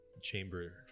chamber